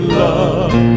love